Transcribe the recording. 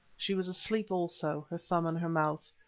she was asleep also, her thumb in her mouth,